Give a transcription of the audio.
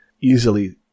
easily